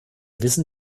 wissen